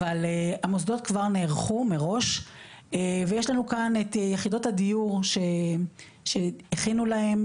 אבל המוסדות כבר נערכו מראש ויש לנו כאן את יחידות הדיור שהכינו להם,